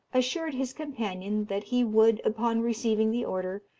assured his companion that he would, upon receiving the order,